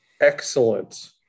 excellent